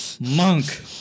monk